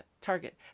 target